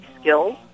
skills